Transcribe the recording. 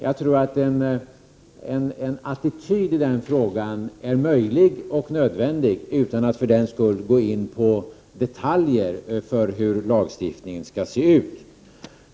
Jag tror att en attityd i denna fråga är möjlig och nödvändig, utan att man för den skull går in på detaljer när det gäller hur lagstiftningen skall se ut.